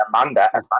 Amanda